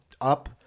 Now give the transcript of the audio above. up